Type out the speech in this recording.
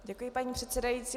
Děkuji, paní předsedající.